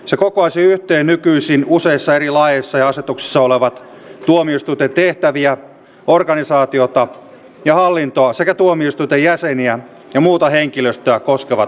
se kokoaisi yhteen nykyisin useissa eri laeissa ja asetuksissa olevia tuomioistuinten tehtäviä organisaatiota ja hallintoa sekä tuomioistuinten jäseniä ja muuta henkilöstöä koskevat säännökset